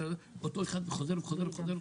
אותו אחד חוזר וחוזר.